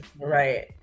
Right